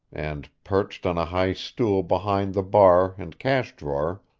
and, perched on a high stool behind the bar and cash-drawer,